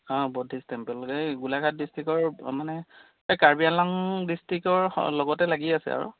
অ buddhist temple এই গোলাঘাট ডিষ্ট্ৰিক্টৰ মানে এই কাৰ্বি আংলং ডিষ্ট্ৰিকৰ লগতে লাগি আছে আৰু